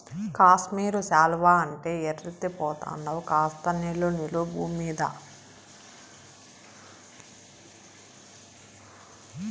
కాశ్మీరు శాలువా అంటే ఎర్రెత్తి పోతండావు కాస్త నిలు నిలు బూమ్మీద